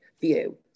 view